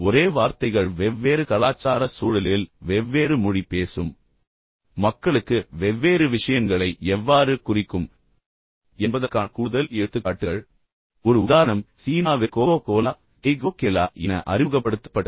ஒரே வார்த்தைகள் வெவ்வேறு கலாச்சார சூழலில் வெவ்வேறு மொழி பேசும் மக்களுக்கு வெவ்வேறு விஷயங்களை எவ்வாறு குறிக்கும் என்பதற்கான கூடுதல் எடுத்துக்காட்டுகள் ஒரு உதாரணம் சீனாவில் கோகோ கோலா கெய்கோ கேலா என அறிமுகப்படுத்தப்பட்டது